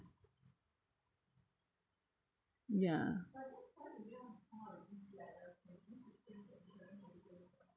ya